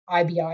IBI